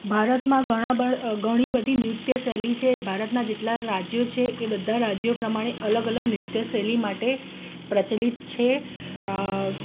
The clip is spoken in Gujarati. ભારતમાં ઘણા બધ ઘણી બધી નૃત્ય શૈલી છે ભારતનાં જેટલાં રાજ્યો છે એ બધાં રાજ્યો પ્રમાણે અલગ અલગ નૃત્ય શૈલી માટે પ્રચલિત છે